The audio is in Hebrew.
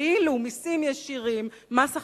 ואילו מסים ישירים הם מסים צודקים.